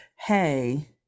hey